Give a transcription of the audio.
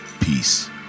Peace